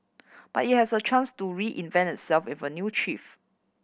but it has a chance to reinvent itself with a new chief